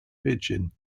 pigeon